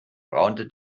raunte